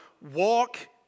walk